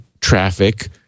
traffic